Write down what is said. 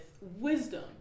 wisdom